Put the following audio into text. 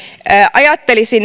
ajattelisin